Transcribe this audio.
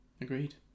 Agreed